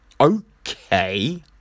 okay